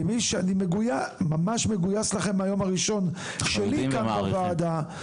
כמי שממש מגויס אליכם מהיום הראשון שלי כאן בוועדה,